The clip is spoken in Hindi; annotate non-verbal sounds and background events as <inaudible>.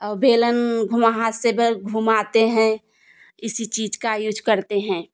और बेलन घुमा हाथ से <unintelligible> घुमाते हैं इसी चीज का यूज़ करते हैं